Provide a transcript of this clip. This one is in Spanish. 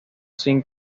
sin